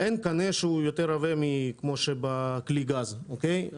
אין קנה שהוא יותר עבה ממה שבכלי הגז, אוקיי?